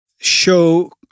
show